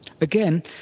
Again